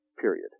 Period